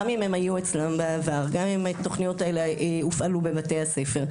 גם אם הם היו והופעלו אצלם בעבר.